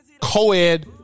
Co-ed